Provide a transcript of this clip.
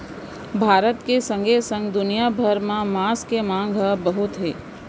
भारत के संगे संग दुनिया भर म मांस के मांग हर बहुत हे